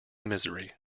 misery